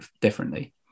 differently